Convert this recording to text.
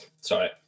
sorry